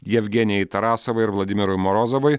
jevgenijai tarasovai ir vladimirui morozovui